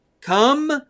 come